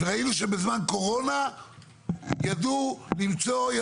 ראינו שבזמן קורונה ידעו למצוא,